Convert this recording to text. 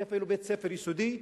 יש בו אפילו בית-ספר יסודי,